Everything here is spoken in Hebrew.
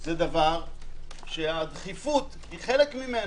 היא דבר שהדחיפות היא חלק ממנו.